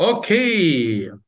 Okay